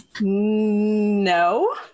No